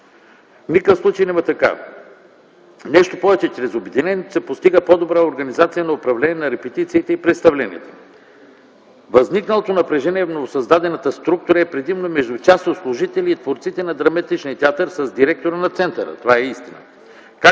никакъв случай няма такава. Нещо повече, чрез обединението се постига по-добра организация на управление на репетициите и представленията. Възникналото напрежение в новосъздадената структура е предимно между част от служителите и творците на драматичния театър с директора на центъра – това е истината,